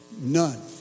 None